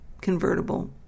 convertible